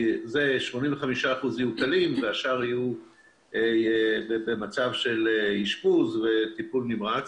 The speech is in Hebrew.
מתוכם 85% חולים קלים והשאר במצב של אשפוז וטיפול נמרץ.